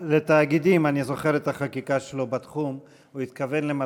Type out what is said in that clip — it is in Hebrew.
אני דיברתי על, לא, הוא התכוון לתאגידים.